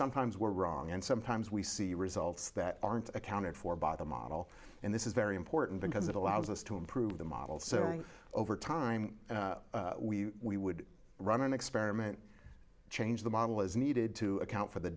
sometimes we're wrong and sometimes we see results that aren't accounted for by the model and this is very important because it allows us to improve the model so over time we would run an experiment change the model as needed to account for the